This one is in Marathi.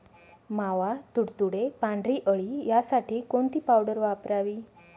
मावा, तुडतुडे, पांढरी अळी यासाठी कोणती पावडर वापरावी?